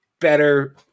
better